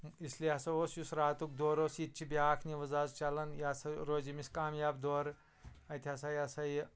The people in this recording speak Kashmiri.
اسلیے ہَسا اوس یُس راتُک دورٕ اوس یہِ تہِ چھِ بیٛاکھ نِوٕز اَز چلان یہِ ہَسا روزِ أمِس کامیاب دورٕ اَتہِ ہَسا یا سا یہِ